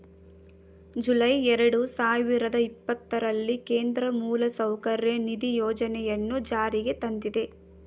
July ಎರಡು ಸಾವಿರದ ಇಪ್ಪತ್ತರಲ್ಲಿ ಕೇಂದ್ರ ಮೂಲಸೌಕರ್ಯ ನಿಧಿ ಯೋಜನೆಯನ್ನು ಜಾರಿಗೆ ತಂದಿದೆ